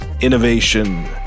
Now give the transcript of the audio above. Innovation